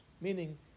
meaning